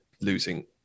losing